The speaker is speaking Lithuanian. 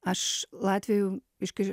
aš latvijum iš kri